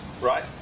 right